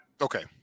okay